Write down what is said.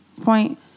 point